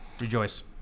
Rejoice